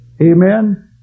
Amen